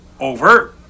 over